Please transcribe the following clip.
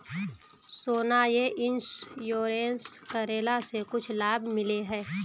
सोना यह इंश्योरेंस करेला से कुछ लाभ मिले है?